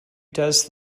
does